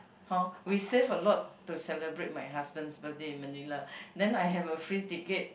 hor we save a lot to celebrate my husband's birthday in Manila then I have a free ticket